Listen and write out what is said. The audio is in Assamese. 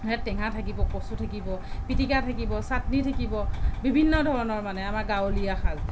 ইয়াত টেঙা থাকিব কচু থাকিব পিটিকা থাকিব চাটনি থাকিব বিভিন্ন ধৰণৰ মানে আমাৰ গাঁৱলীয়া সাঁজ